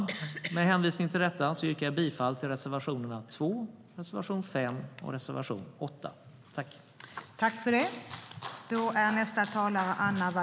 Med hänvisning till detta yrkar jag bifall till reservationerna 2, 5 och 8.